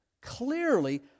clearly